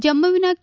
ಜಮ್ಮವಿನ K